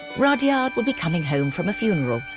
rudyard would be coming home from a funeral.